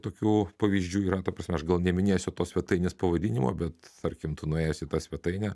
tokių pavyzdžių yra ta prasme aš gal neminėsiu tos svetainės pavadinimo bet tarkim tu nuėjęs į tą svetainę